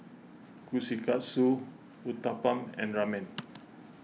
Kushikatsu Uthapam and Ramen